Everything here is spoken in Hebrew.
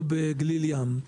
או בגליל ים.